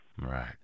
Right